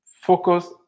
focus